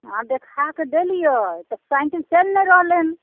अहाँ देखाके देलियै तऽ साइकिल चलि नहि रहलै हँ